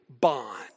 bond